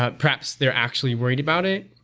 ah perhaps they're actually worried about it,